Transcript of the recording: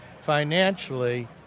financially